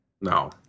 No